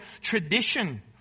tradition